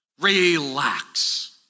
Relax